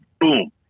Boom